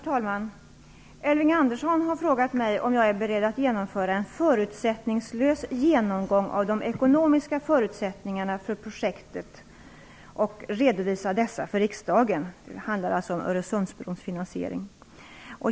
Herr talman! Elving Andersson har frågat mig om jag är beredd att genomföra en förutsättningslös genomgång av de ekonomiska förutsättningarna för projektet och redovisa dessa för riksdagen. Det handlar alltså om Öresundsbrons finansiering.